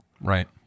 Right